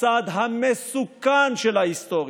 הצד המסוכן של ההיסטוריה.